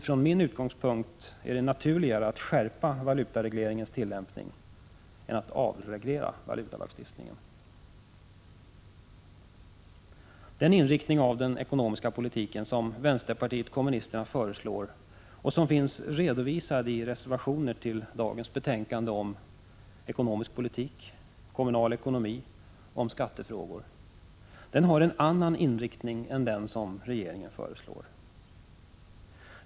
Från min utgångspunkt är det naturligare att skärpa valutaregleringens tillämpning än att avreglera valutalagstiftningen. Den inriktning av den ekonomiska politiken som vänsterpartiet kommunisterna föreslår och som finns redovisad i reservationer till dagens betänkanden om ekonomisk politik, kommunal ekonomi och skattefrågor är en annan än den som regeringen föreslår.